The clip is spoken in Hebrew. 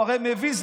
הוא הרי מביא,